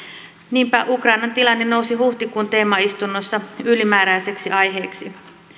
niinpä ukrainan tilanne nousi huhtikuun teemaistunnossa ylimääräiseksi aiheeksi